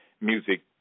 music –